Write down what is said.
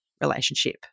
relationship